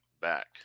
back